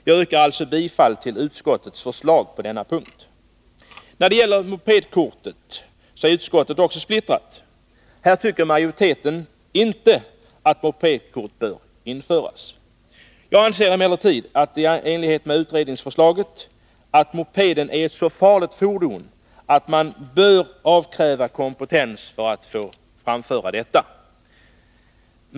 Jag yrkar alltså bifall till utskottets förslag på denna punkt. När det gäller mopedkortet är utskottet också splittrat. Majoriteten tycker inte att mopedkort bör införas. Jag anser emellertid i enlighet med utredningens förslag att mopeden är ett så farligt fordon att det bör krävas kompetens av den som framför moped.